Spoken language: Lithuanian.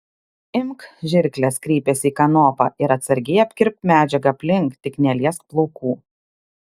imk žirkles kreipėsi į kanopą ir atsargiai apkirpk medžiagą aplink tik neliesk plaukų